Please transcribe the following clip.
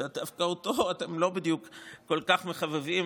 שדווקא אותו אתם לא בדיוק כל כך מחבבים